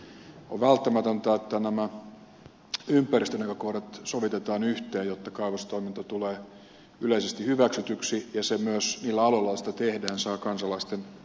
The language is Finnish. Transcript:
on välttämätöntä että nämä ympäristönäkökohdat sovitetaan yhteen jotta kaivostoiminta tulee yleisesti hyväksytyksi ja se myös millä aloilla sitä tehdään saa kansalaisten hyväksynnän